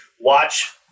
watch